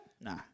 Nah